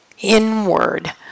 Inward